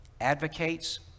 advocates